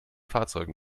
fahrzeugen